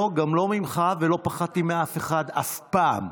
לא, גם לא ממך, ולא פחדתי מאף אחד אף פעם.